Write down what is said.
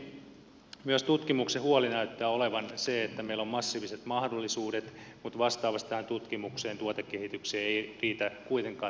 mutta ministeri myös tutkimuksen huoli näyttää olevan se että meillä on massiiviset mahdollisuudet mutta vastaavasti tähän tutkimukseen tuotekehitykseen ei riitä kuitenkaan taloudellisia resursseja